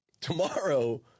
Tomorrow